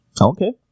Okay